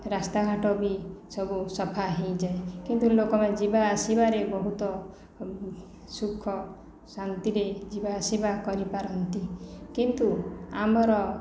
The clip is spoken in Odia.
ରାସ୍ତାଘାଟ ବି ସବୁ ସଫା ହୋଇଯାଏ କିନ୍ତୁ ଲୋକମାନେ ଯିବାଆସିବାରେ ବହୁତ ସୁଖ ଶାନ୍ତିରେ ଯିବାଆସିବା କରିପାରନ୍ତି କିନ୍ତୁ ଆମର